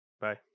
Bye